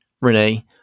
Renee